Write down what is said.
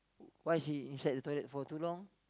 why is he inside the toilet for too long